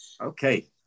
Okay